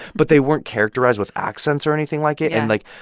but they weren't characterized with accents or anything like it. and, like,